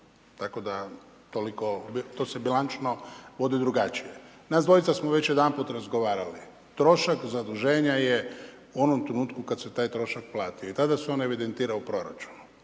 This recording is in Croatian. to se bila bilančno vodi drugačije. Nas dvojica smo već jedanput razgovarali. Trošak zaduženja je u onom trenutku kad se taj trošak plati jer tada su on evidentira u proračunu.